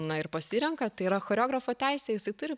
na ir pasirenka tai yra choreografo teisė jisai turi